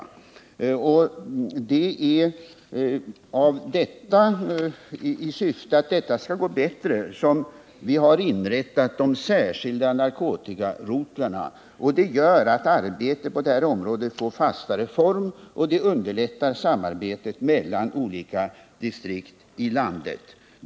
Det är i syfte att denna bekämpning skall gå bättre som vi har inrättat de särskilda narkotikarotlarna. Det gör att arbetet på detta område får fastare former, och det underlättar samarbetet mellan olika distrikt i landet.